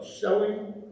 selling